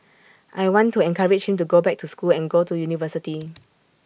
I want to encourage him to go back to school and go to university